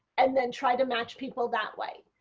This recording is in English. and then try to match people that way.